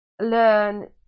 learn